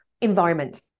environment